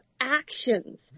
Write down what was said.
actions